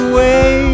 Away